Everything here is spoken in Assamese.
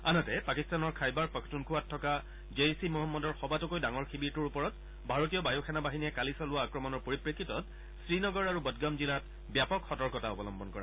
আনহাতে পাকিস্তানৰ খাইবাৰ পাখটুন্খৱাত থকা জইচ ই মহম্মদৰ সবাতোকৈ ডাঙৰ শিৱিৰটোৰ ওপৰত ভাৰতীয় বায়ুসেনা বাহিনীয়ে কালি চলোৱা আক্ৰমণৰ পৰিপ্ৰেক্ষিতত শ্ৰীনগৰ আৰু বদগাম জিলাত ব্যাপক সতৰ্কতা অৱলম্বন কৰা হৈছে